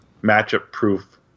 matchup-proof